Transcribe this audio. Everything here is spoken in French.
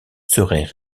seraient